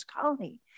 colony